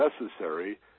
necessary